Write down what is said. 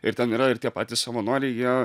ir ten yra ir tie patys savanoriai jie